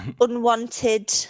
Unwanted